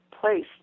place